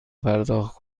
پرداخت